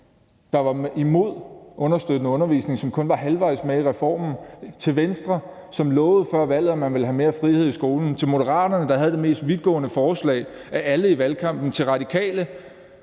der var imod understøttende undervisning, som kun var halvvejs med i reformen, til Venstre, som lovede før valget, at man ville have mere frihed i skolen, til Moderaterne, der havde det mest vidtgående forslag af alle i valgkampen, til Radikale,